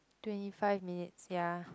twenty five minutes ya